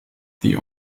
die